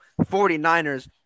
49ers